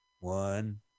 One